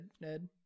Ned